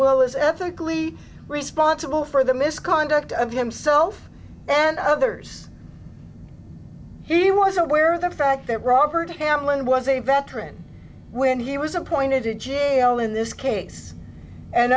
well as ethically responsible for the misconduct of himself and others he was aware the fact that robert hamlin was a veteran when he was appointed to jail in this case and